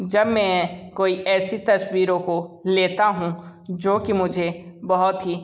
जब मैं कोई ऐसी तस्वीरों को लेता हूँ जो कि मुझे बहुत ही